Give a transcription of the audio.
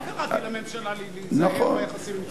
אני קראתי לממשלה להיזהר ביחסים עם מצרים.